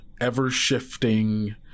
ever-shifting